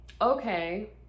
okay